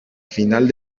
final